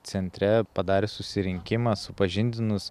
centre padarius susirinkimą supažindinus